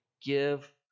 give